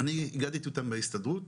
אני הגעתי להסתדרות,